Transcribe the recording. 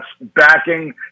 backing